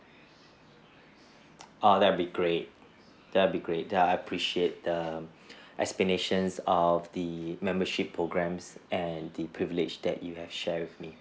err that would be great that would be great I appreciate the explanations of the membership programs and the privilege that you have shared with me